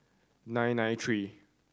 nine nine three